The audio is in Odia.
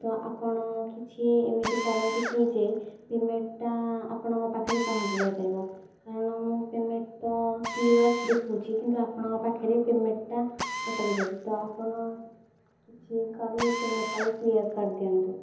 ତ ଆପଣ କିଛି ଏମିତି କରନ୍ତୁ କି ଯେ ପେମେଣ୍ଟଟା ଆପଣଙ୍କ ପାଖରେ ପହଞ୍ଚିଯାଇପାରିବ କାରଣ ମୋ' ପେମେଣ୍ଟ ତ କ୍ଲିୟର ଦେଖାଉଛି କିନ୍ତୁ ଆପଣଙ୍କ ପାଖରେ ପେମେଣ୍ଟଟା ଅଟକି ଯାଇଛି ତ ଆପଣ କିଛି କରି ପେମେଣ୍ଟଟାକୁ କ୍ଲିୟର କରିଦିଅନ୍ତୁ